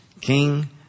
King